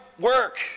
work